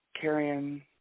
carrying